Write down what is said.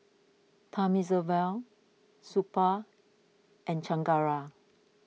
Thamizhavel Suppiah and Chengara